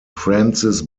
francis